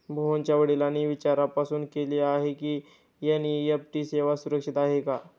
मोहनच्या वडिलांनी विचारपूस केली की, ही एन.ई.एफ.टी सेवा सुरक्षित आहे का?